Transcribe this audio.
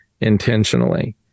intentionally